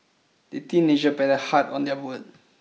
the teenager paddled hard on their boat